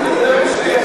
או,